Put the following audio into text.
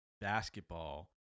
basketball